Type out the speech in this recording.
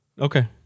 Okay